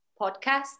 podcast